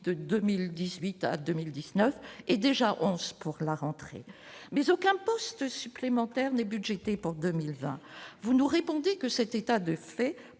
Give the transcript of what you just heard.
de 2018 à 2019, et déjà 11 pour la rentrée mais aucun poste supplémentaire n'budgétés pour 2020, vous nous répondez que cet état de fait